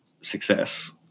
success